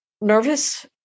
nervous